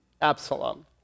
Absalom